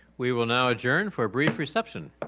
we will now adjourn for a brief reception.